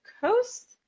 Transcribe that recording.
coast